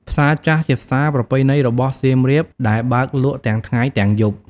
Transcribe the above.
ផ្សារចាស់ ជាផ្សារប្រពៃណីរបស់សៀមរាបដែលបើកលក់ទាំងថ្ងៃទាំងយប់។